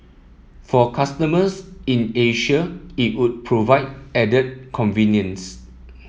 for customers in Asia it would provide added convenience